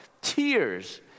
tears